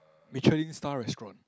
Michelin star restaurant